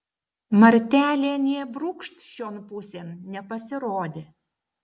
martelė nė brūkšt šion pusėn nepasirodė